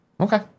Okay